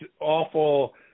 awful